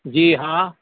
جی ہاں